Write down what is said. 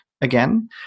again